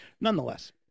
Nonetheless